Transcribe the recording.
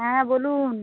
হ্যাঁ বলুন